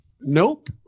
Nope